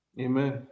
amen